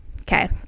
Okay